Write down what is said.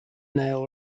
nail